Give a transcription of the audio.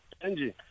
Angie